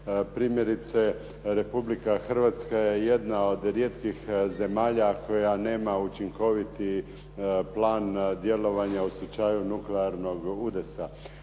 Primjerice Republike Hrvatska je rijetkih zemalja koja nema učinkoviti plan djelovanja u slučaju nuklearnog udesa.